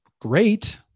great